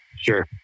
Sure